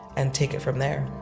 and take it from there